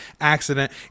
accident